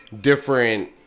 different